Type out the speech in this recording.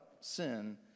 sin